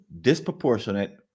disproportionate